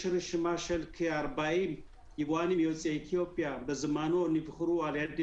יש רשימה של כ- 40 יבואנים יוצאי אתיופיה שבזמנו נבחרו על ידי